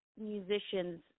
musicians